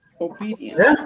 obedience